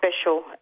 special